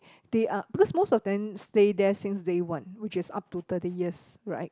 they are because most of them stay there since day one which is up to thirty years right